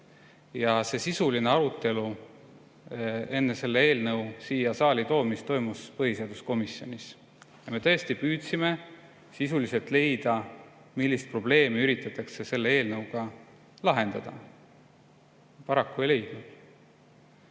arutelu. Sisuline arutelu enne selle eelnõu siia saali toomist toimus põhiseaduskomisjonis. Me tõesti püüdsime sisuliselt leida, millist probleemi üritatakse selle eelnõuga lahendada. Paraku ei leidnud.